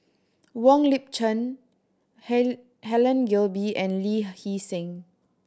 Wong Lip Chin Helen Gilbey and Lee Hee Seng